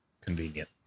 convenient